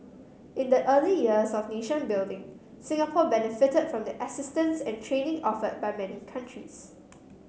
in the early years of nation building Singapore benefited from the assistance and training offered by many countries